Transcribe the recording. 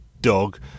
dog